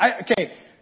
Okay